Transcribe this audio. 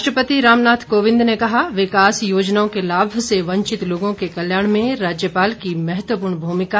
राष्ट्रपति रामनाथ कोविंद ने कहा विकास योजनाओं के लाभ से वंचित लोगों के कल्याण में राज्यपाल की महत्वपूर्ण भूमिका